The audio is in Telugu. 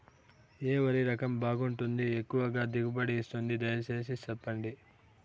ఏ వరి రకం బాగుంటుంది, ఎక్కువగా దిగుబడి ఇస్తుంది దయసేసి చెప్పండి?